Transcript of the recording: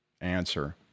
answer